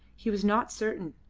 he was not certain.